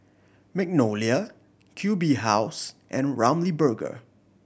Magnolia Q B House and Ramly Burger